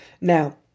Now